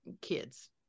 kids